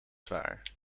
zwaar